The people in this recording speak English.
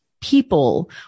people